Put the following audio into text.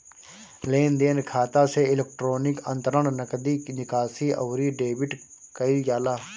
लेनदेन खाता से इलेक्ट्रोनिक अंतरण, नगदी निकासी, अउरी डेबिट कईल जाला